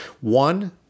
One